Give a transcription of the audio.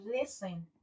listen